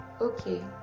Okay